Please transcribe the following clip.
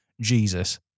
Jesus